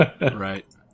Right